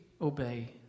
obey